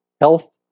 health